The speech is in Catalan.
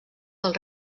del